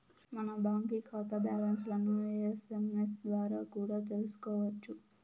మన బాంకీ కాతా బ్యాలన్స్లను ఎస్.ఎమ్.ఎస్ ద్వారా కూడా తెల్సుకోవచ్చు